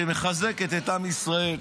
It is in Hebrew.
שמחזקת את עם ישראל.